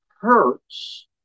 hurts